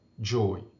joy